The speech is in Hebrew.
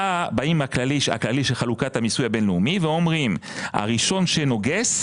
באים הכללים של חלוקת המיסוי הבין-לאומי ואומרים שהראשון שנוגס,